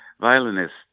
violinist